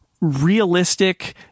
realistic